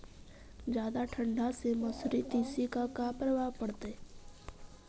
जादा ठंडा से मसुरी, तिसी पर का परभाव पड़तै?